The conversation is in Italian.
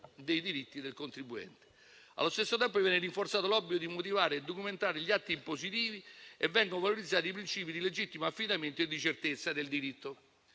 dei diritti del contribuente. Allo stesso tempo viene rinforzato l'obbligo di motivare e documentare gli atti impositivi e vengono valorizzati i princìpi di legittimo affidamento e di certezza del diritto.